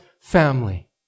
family